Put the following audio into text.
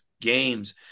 games